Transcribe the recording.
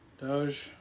Doge